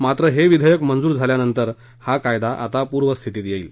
मात्र हे विधेयक मंजूर झाल्यानंतर हा कायदा आता पूर्वस्थितीत येईल